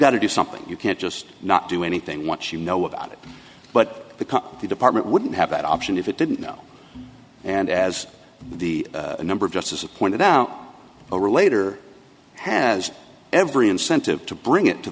got to do something you can't just not do anything once you know about it but because the department wouldn't have that option if it didn't know and as the number of justice appointed now a relator has every incentive to bring it to